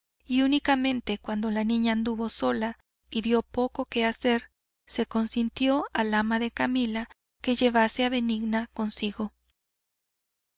y únicamente cuando la niña anduvo sola y dio poco que hacer se consintió al ama de camila que llevase a benigna consigo